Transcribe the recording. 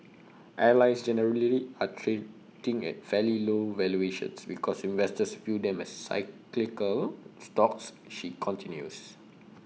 airlines generally are trading at fairly low valuations because investors view them as cyclical stocks she continues